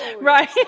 Right